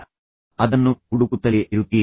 ಆದ್ದರಿಂದ ನೀವು ಅದನ್ನು ಹುಡುಕುತ್ತಲೇ ಇರುತ್ತೀರಿ